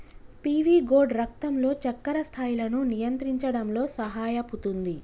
PV gourd రక్తంలో చక్కెర స్థాయిలను నియంత్రించడంలో సహాయపుతుంది